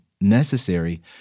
necessary